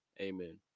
amen